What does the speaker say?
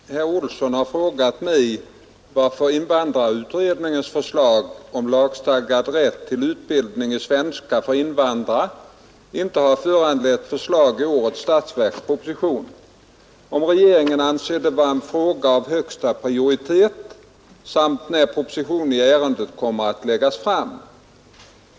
Fru talman! Herr Olsson i Stockholm har frågat mig varför invandrarutredningens förslag om lagstadgad rätt till utbildning i svenska för invandrare inte har föranlett förslag i årets statsverksproposition, om regeringen anser detta vara en fråga av högsta prioritet samt när proposition i ärendet kommer att läggas fram.